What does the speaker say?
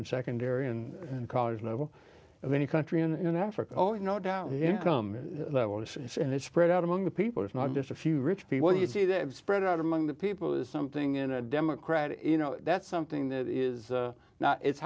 and secondary and college level of any country in africa oh no doubt the income level is and it's spread out among the people it's not just a few rich people you see that spread out among the people is something in a democratic you know that's something that is not it's